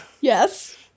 yes